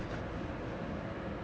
err